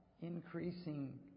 increasing